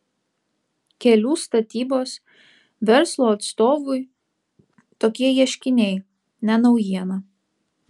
kelių statybos verslo atstovui tokie ieškiniai ne naujiena